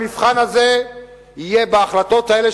המבחן הזה יהיה בהחלטות האלה,